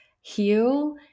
heal